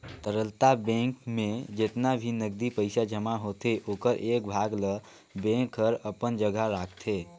तरलता बेंक में जेतना भी नगदी पइसा जमा होथे ओखर एक भाग ल बेंक हर अपन जघा राखतें